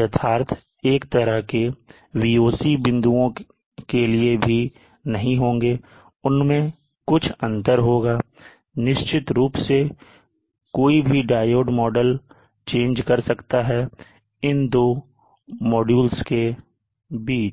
यथार्थ एक तरह के Voc बिंदुओं के लिए भी नहीं होंगे उनमें कुछ अंतर होगा निश्चित रूप से कोई भी डायोड मॉडल चेंज कर सकता है इन दो मॉड्यूल के बीच